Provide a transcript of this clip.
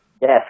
Yes